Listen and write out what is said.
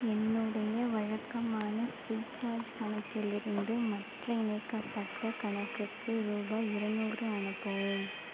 என்னுடைய வழக்கமான ஃப்ரீசார்ஜ் கணக்கிலிருந்து மற்ற இணைக்கப்பட்ட கணக்குக்கு ரூபாய் இரநூறு அனுப்பவும்